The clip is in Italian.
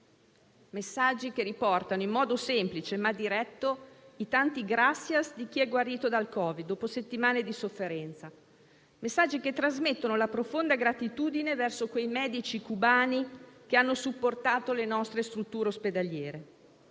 messaggi che riportano, in modo semplice ma diretto, i tanti *gracias* di chi è guarito dal Covid-19 dopo settimane di sofferenza; messaggi che trasmettono la profonda gratitudine verso quei medici cubani che hanno supportato le nostre strutture ospedaliere.